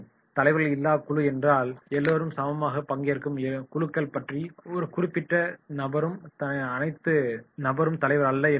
தலைவர்கள் இல்லா குழு என்றால் எல்லோரும் சமமாக பங்கேற்கும் குழுக்கள் மற்றும் எந்த குறிப்பிட்ட நபரும் தலைவரல்ல என்று அர்த்தம்